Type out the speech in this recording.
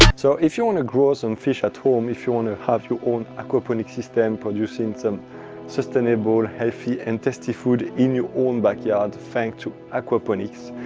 so if you want to grow some fish home, um if you want to have your own aquaponics system producing some sustainable, healthy, and tasty food in your own backyard, thanks to aquaponics,